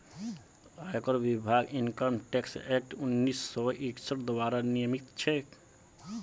आयकर विभाग income tax act उन्नीस सौ इकसठ द्वारा नियमित छेक